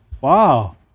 Wow